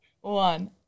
one